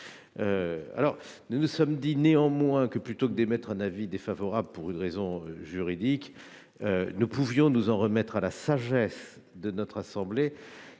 Nous nous sommes dit néanmoins que, plutôt que d'émettre un avis défavorable pour une raison juridique, nous pouvions nous en remettre à la sagesse de notre assemblée.